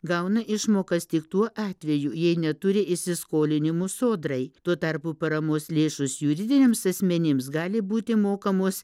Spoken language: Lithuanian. gauna išmokas tik tuo atveju jei neturi įsiskolinimų sodrai tuo tarpu paramos lėšos juridiniams asmenims gali būti mokamos